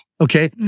Okay